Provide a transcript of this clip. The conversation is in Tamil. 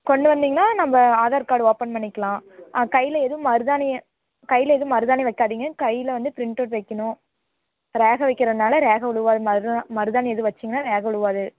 கொண்டு வந்தீங்கன்னா நம்ம ஆதார் கார்டு ஓப்பன் பண்ணிக்கலாம் கையில் எதுவும் மருதாணி கையில் எதுவும் மருதாணி வைக்காதீங்க கையில் வந்து பிரிண்ட்டவுட் வைக்கிணும் ரேகை வைக்கிறனால ரேகை விழுவாது அதுவும் மருதாணி எதுவும் வச்சிங்கன்னா ரேகை விழுவாது